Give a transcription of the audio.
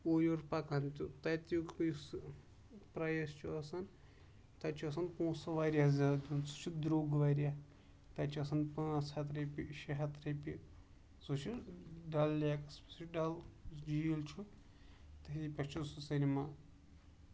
اورٕ یور پَکان تہٕ تَتہِ یُس پریِس چھُ آسان تَتہِ چھُ آسان پوٚنسہٕ واریاہ زیادٕ سُہ چھُ دروٚگ واریاہ تَتہِ چھُ آسان پانٛژھ ہَتھ رۄپیہِ شیٚے ہَتھ رۄپیہِ سُہ چھُ ڈل لیکَس ڈل جیٖل چھُ تہٕ ہیر پٮ۪ٹھ چھُ سینما